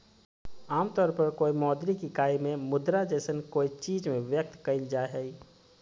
आमतौर पर कोय मौद्रिक इकाई में मुद्रा जैसन कोय चीज़ में व्यक्त कइल जा हइ